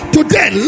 Today